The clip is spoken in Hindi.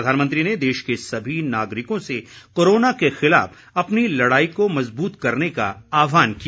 प्रधानमंत्री ने देश के सभी नागरिकों से कोरोना के खिलाफ अपनी लड़ाई को मज़बूत करने का आहवान किया